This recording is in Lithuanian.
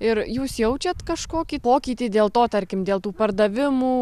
ir jūs jaučiat kažkokį pokytį dėl to tarkim dėl tų pardavimų